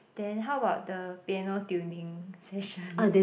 then how about the piano tuning session